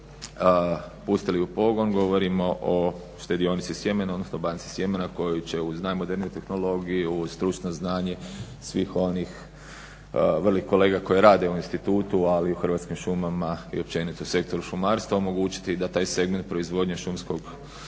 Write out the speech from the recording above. pustili u pogon. Govorimo o Štedionici sjemena odnosno Banci sjemena koju će uz najmoderniju tehnologiju, stručno znanje, svih onih, veli kolega koji rade u institutu ali u Hrvatskim šumama i općenito sektoru šumarstva omogućiti da taj segment proizvodnje šumskog